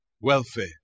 Welfare